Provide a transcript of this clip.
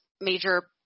Major